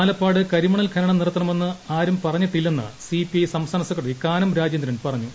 ആലപ്പാട് കരിമണൽ ഖനനം നിർത്തണമെന്ന് ആരും പറഞ്ഞിട്ടില്ലെന്ന് സി സംസ്ഥാന secretary Kanam P I Rajendran പറഞ്ഞു